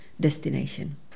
destination